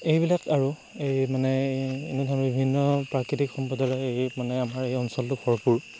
এইবিলাক আৰু এই মানে এনেধৰণৰ বিভিন্ন প্ৰাকৃতিক সম্পদেৰে এই মানে আমাৰ ইয়াত এই অঞ্চলটো ভৰপূৰ